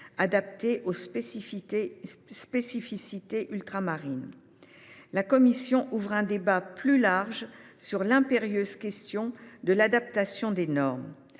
adaptés aux spécificités ultramarines, la commission a ouvert un débat plus large sur l’impérieuse question de l’adaptation des normes.